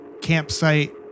campsite